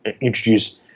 introduce